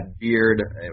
beard